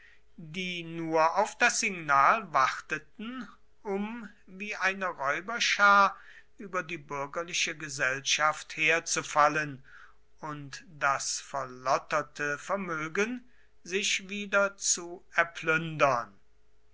die nur auf das signal warteten um wie eine räuberschar über die bürgerliche gesellschaft herzufallen und das verlotterte vermögen sich wieder zu